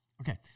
Okay